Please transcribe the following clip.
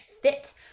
fit